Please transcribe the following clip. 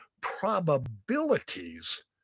probabilities